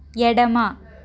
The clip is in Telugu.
ఎడమ